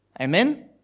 amen